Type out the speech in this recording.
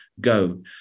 go